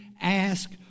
ask